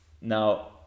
Now